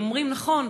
הם אומרים: נכון,